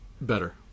Better